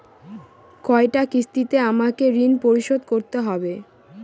কয়টা কিস্তিতে আমাকে ঋণ পরিশোধ করতে হবে?